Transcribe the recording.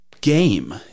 game